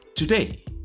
Today